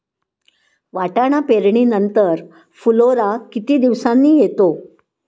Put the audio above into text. वाटाणा पेरणी नंतर फुलोरा किती दिवसांनी येतो?